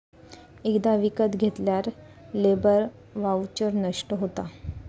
एकदा विकत घेतल्यार लेबर वाउचर नष्ट होता